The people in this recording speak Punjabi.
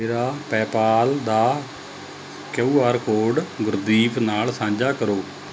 ਮੇਰਾ ਪੈਪਾਲ ਦਾ ਕਿਯੂ ਆਰ ਕੋਡ ਗੁਰਦੀਪ ਨਾਲ ਸਾਂਝਾ ਕਰੋ